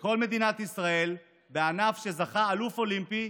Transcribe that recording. בכל מדינת ישראל, בענף שזכה בו אלוף אולימפי,